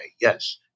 Yes